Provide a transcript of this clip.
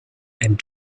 and